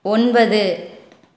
ஒன்பது